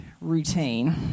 routine